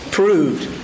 proved